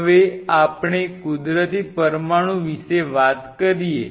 હવે આપણે કુદરતી પરમાણુ વિશે વાત કરીએ